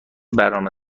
برنامه